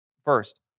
First